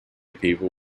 people